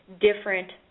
different